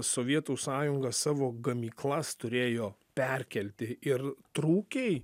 sovietų sąjunga savo gamyklas turėjo perkelti ir trūkiai